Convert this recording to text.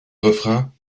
refrains